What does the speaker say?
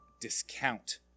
discount